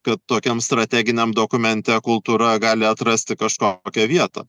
kad tokiam strateginiam dokumente kultūra gali atrasti kažkokią vietą